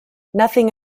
nothing